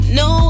no